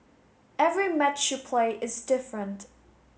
every match you play is different